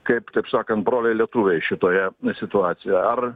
kaip taip sakant broliai lietuviai šitoje situacijoj ar